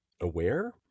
aware